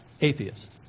atheist